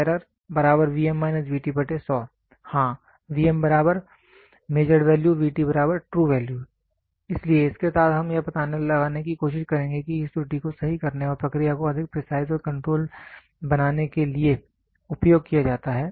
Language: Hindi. एरर हाँ मेजरड वैल्यू ट्रू वैल्यू इसलिए इसके साथ हम यह पता लगाने की कोशिश करेंगे कि इस त्रुटि को सही करने और प्रक्रिया को अधिक प्रिसाइज और कंट्रोल बनाने के लिए उपयोग किया जाता है